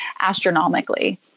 astronomically